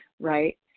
right